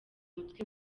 mutwe